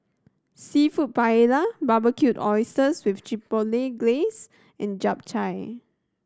Seafood Paella Barbecued Oysters with Glaze and Japchae